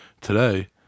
Today